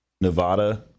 Nevada